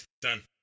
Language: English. Done